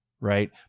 right